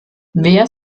wer